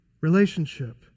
Relationship